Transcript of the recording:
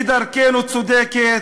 כי דרכנו צודקת,